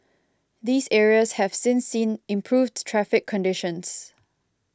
these areas have since seen improved traffic conditions